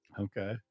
Okay